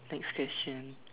next question